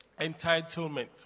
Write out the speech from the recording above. entitlement